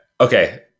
Okay